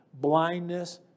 blindness